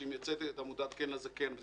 שמייצגת את עמותת "כן לזקן" יושבת פה,